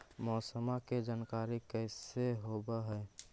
मौसमा के जानकारी कैसे होब है?